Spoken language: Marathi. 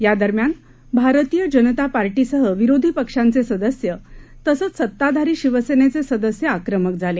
या दरम्यान भारतीय जनता पार्टीसह विरोधी पक्षांचे सदस्य तसेच सत्ताधारी शिवसेनेचे सदस्य आक्रमक झाले